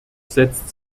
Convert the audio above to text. setzt